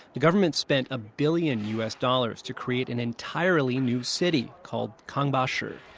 the government spent a billion u s. dollars to create an entirely new city, called kangbashi.